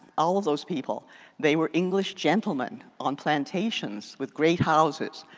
all of those people they were english gentlemen on plantations with great houses.